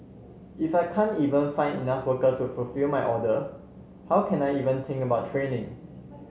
if I can't even find enough workers to fulfil my order how can I even think about training